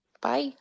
Bye